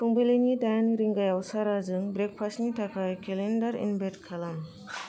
फुंबिलिनि दाइन रिंगायाव साराजों ब्रेकपास्टनि थाखाय केलेन्डार इनभाइट खालाम